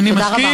תודה רבה.